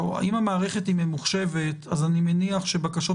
המערכת ממוחשבת אז אני מניח שבקשות